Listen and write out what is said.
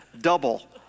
double